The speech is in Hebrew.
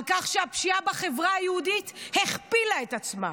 על כך שהפשיעה בחברה היהודית הכפילה את עצמה,